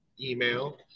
email